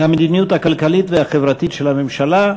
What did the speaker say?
המדיניות הכלכלית והחברתית של הממשלה.